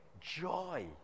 joy